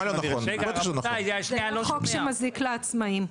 זה לא חוק שמזיק לעצמאים.